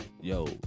yo